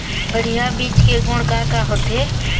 बढ़िया बीज के गुण का का होथे?